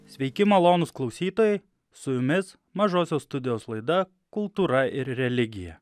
sveiki malonūs klausytojai su jumis mažosios studijos laida kultūra ir religija